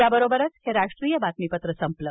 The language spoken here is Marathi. या बरोबरच हे राष्ट्रीय बातमीपत्र संपलं